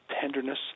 tenderness